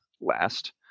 last